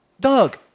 Doug